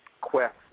quest